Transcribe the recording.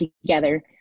together